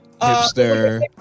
hipster